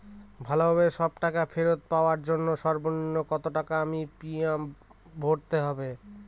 ভালোভাবে সব টাকা ফেরত পাওয়ার জন্য সর্বনিম্ন কতটাকা আমায় প্রিমিয়াম ভরতে হবে?